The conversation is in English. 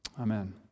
Amen